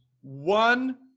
one